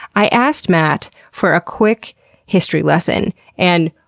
i asked matt for a quick history lesson and